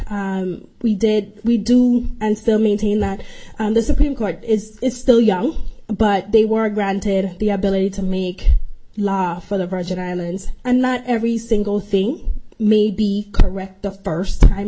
r we did we do and still maintain that the supreme court is still young but they were granted the ability to make law for the virgin islands and not every single thing may be correct the first time